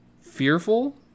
fearful